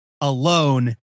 alone